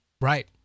Right